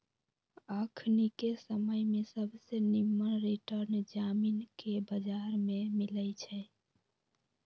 अखनिके समय में सबसे निम्मन रिटर्न जामिनके बजार में मिलइ छै